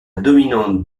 dominante